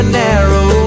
narrow